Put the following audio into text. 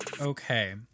Okay